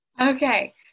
Okay